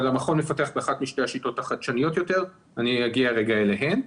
המכון מפתח באחת משתי השיטות החדשניות יותר ואני אגיע אליהן.